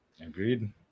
agreed